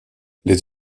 les